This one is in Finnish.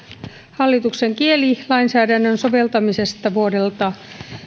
hallituksen kertomuksesta kielilainsäädännön soveltamisesta vuodelta